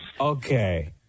Okay